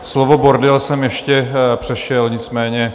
Slovo bordel jsem ještě přešel, nicméně...